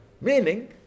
Meaning